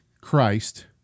Christ